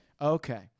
Okay